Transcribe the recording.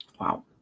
Wow